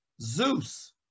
Zeus